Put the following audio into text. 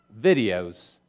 videos